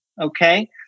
okay